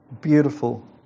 beautiful